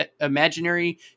imaginary